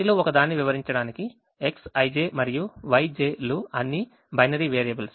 వాటిలో ఒకదాన్ని వివరించడానికి Xij మరియు Yj లుఅన్ని బైనరీ వేరియబుల్స్